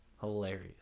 Hilarious